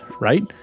right